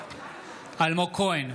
אלמוג כהן,